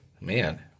man